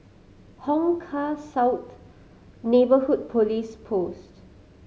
Hong Kah South Neighbourhood Police Post